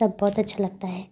सब बहुत अच्छा लगता है